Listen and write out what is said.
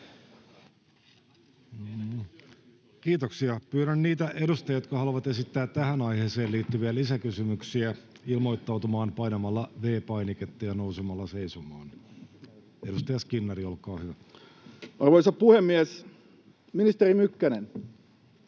Kiitoksia. — Pyydän niitä edustajia, jotka haluavat esittää tähän aiheeseen liittyviä lisäkysymyksiä, ilmoittautumaan painamalla V-painiketta ja nousemalla seisomaan. — Edustaja Skinnari, olkaa hyvä. Arvoisa puhemies! Ministeri Mykkänen,